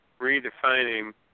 redefining